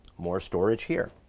more storage here.